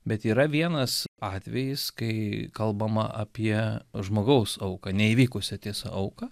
bet yra vienas atvejis kai kalbama apie žmogaus auką neįvykusią tiesa auką